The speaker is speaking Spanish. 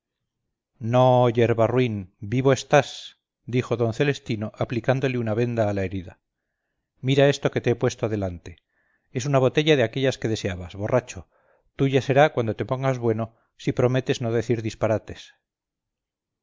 no yerba ruin vivo estás dijo d celestino aplicándole una venda a la herida mira esto que he puesto delante es una botella de aquellas que deseabas borracho tuya será cuando te pongas bueno si prometes no decir disparates